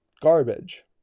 garbage